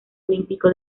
olímpico